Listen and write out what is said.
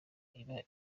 iba